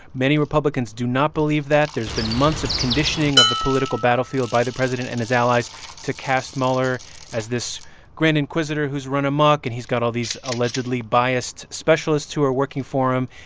many republicans do not believe that. there's been months of conditioning of the political battlefield by the president and his allies to cast mueller as this grand inquisitor who's run amok. and he's got all these allegedly biased specialists who are working for him.